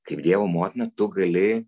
kaip dievo motina tu gali